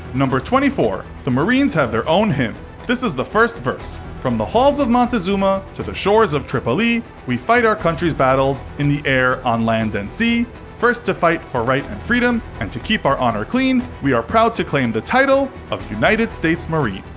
twenty four. the marines have their own hymn this is the first verse from the halls of montezuma to the shores of tripoli we fight our country's battles in the air, on land, and sea first to fight for right and freedom and to keep our honor clean we are proud to claim the title of united states marine.